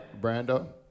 brando